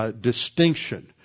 distinction